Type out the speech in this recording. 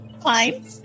fine